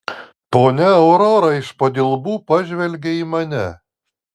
ponia aurora iš padilbų pažvelgė į mane